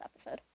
episode